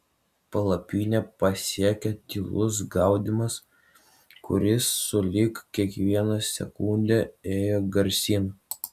palapinę pasiekė tylus gaudimas kuris sulig kiekviena sekunde ėjo garsyn